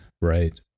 Right